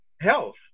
health